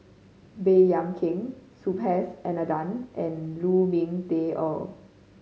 Baey Yam Keng Subhas Anandan and Lu Ming Teh Earl